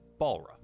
Balra